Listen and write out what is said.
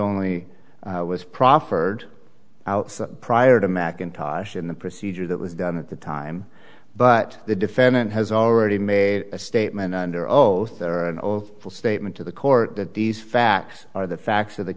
only was proffered out prior to mcintosh and the procedure that was done at the time but the defendant has already made a statement under oath or an oath full statement to the court that these facts are the facts of the